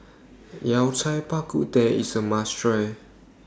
Yao Cai Bak Kut Teh IS A must Try